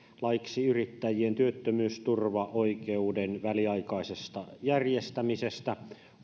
laiksi yrittäjien työttömyysturvaoikeuden väliaikaisesta järjestämisestä